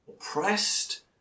oppressed